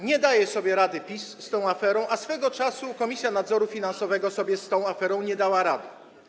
Nie daje sobie rady PiS z tą aferą, a swego czasu Komisja Nadzoru Finansowego sobie z tą aferą nie dała rady.